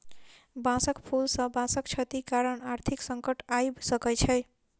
बांसक फूल सॅ बांसक क्षति कारण आर्थिक संकट आइब सकै छै